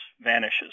vanishes